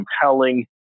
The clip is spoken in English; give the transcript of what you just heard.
compelling